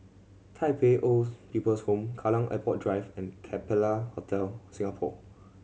Tai Pei Olds People's Home Kallang Airport Drive and Capella Hotel Singapore